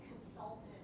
consultant